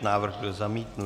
Návrh byl zamítnut.